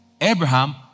Abraham